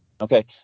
Okay